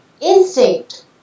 instinct